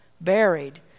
Buried